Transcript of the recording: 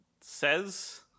says